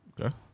Okay